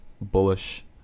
bullish